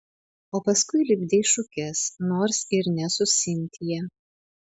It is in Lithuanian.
o paskui lipdei šukes nors ir ne su sintija